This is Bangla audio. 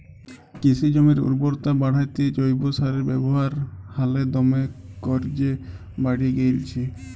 কিসি জমির উরবরতা বাঢ়াত্যে জৈব সারের ব্যাবহার হালে দমে কর্যে বাঢ়্যে গেইলছে